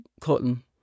cotton